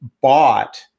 bought